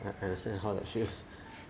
I understand how that feels